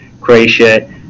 Croatia